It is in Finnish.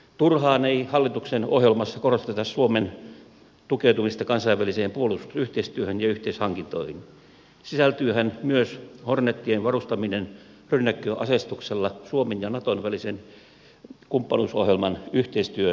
turhaan ei hallituksen ohjelmassa korosteta suomen tukeutumista kansainväliseen puolustusyhteistyöhön ja yhteishankintoihin sisältyyhän myös hornetien varustaminen rynnäkköaseistuksella suomen ja naton välisen kumppanuusohjelman yhteistyöhankkeisiin